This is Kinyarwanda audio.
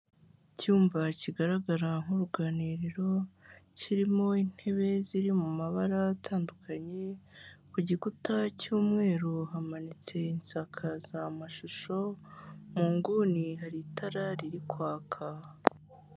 Icyumba kigaragara nk'uruganiriro kirimo intebe ziri mu mabara atandukanye; ku gikuta cy'umweru hamanitse insakazamashusho mu nguni hari itara riri kwaka.